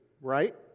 right